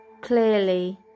clearly